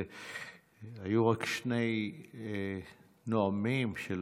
היו רק שני נואמים.